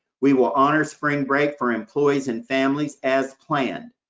we will honor spring break for employees and families, as planned.